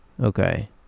Okay